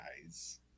guys